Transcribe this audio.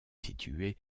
situé